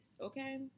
Okay